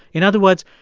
in other words,